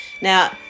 Now